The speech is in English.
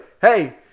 Hey